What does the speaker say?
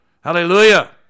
Hallelujah